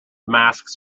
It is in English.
masks